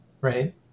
right